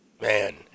Man